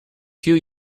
few